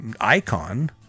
icon